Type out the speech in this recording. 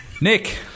Nick